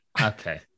okay